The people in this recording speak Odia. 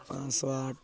ପାଞ୍ଚ ଶହ ଆଠ